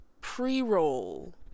pre-roll